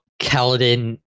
Kaladin